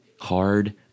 Hard